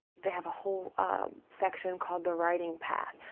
they have a whole um section called the writing pad.